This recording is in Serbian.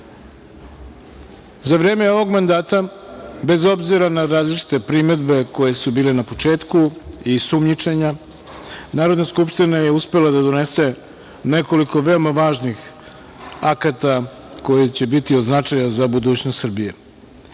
vreme ovog mandata, bez obzira na različite primedbe koje su bile na početku i sumnjičenja, Narodna skupština je uspela da donese nekoliko veoma važnih akata koji će biti od značaja za budućnost Srbije. Došlo